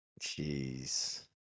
Jeez